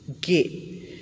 get